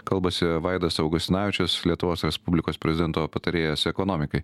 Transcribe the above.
kalbasi vaidas augustinavičius lietuvos respublikos prezidento patarėjas ekonomikai